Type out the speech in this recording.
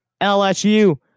LSU